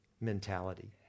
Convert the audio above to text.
mentality